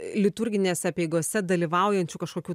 liturginėse apeigose dalyvaujančių kažkokių